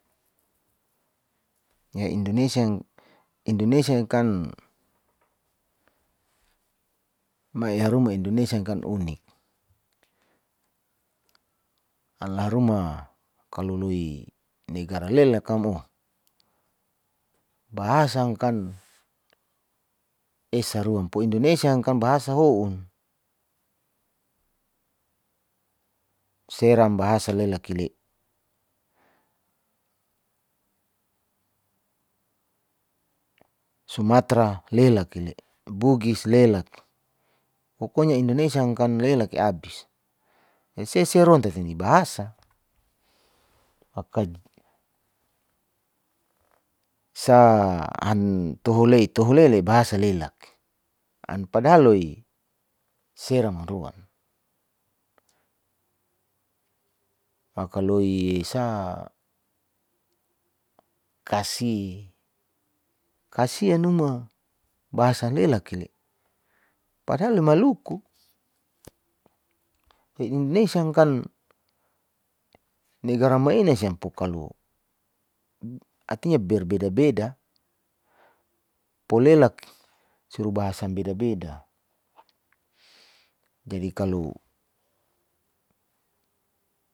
mai eharuma indonesia kan unik, ala haruma kalo loi negara lela kan oh bahasa angkan esa ruan po indonesia kan bahasa ho'un, seram bahasa lelaki'le sumatra lelaki'le, bugis lelaki, pokonya indonesia kan lelak'i abis. seseruan tati nibahasa san tohule tohule lela bahasa lelak an padahal loi seram ruan, makaloi esa tasi kasian numa bahasa lelak ki'le padahal le maluku. He indonesia kan negara maele siam pokalo artinya berbeda beda polelak surung bahasa beda-beda, jadi kalo.